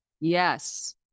yes